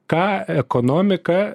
ką ekonomika